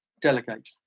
delegate